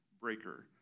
breaker